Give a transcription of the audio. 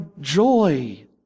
joy